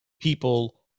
people